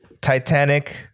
Titanic